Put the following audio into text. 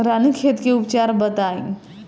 रानीखेत के उपचार बताई?